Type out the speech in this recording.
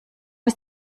ist